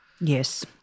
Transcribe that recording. Yes